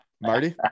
Marty